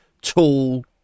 tall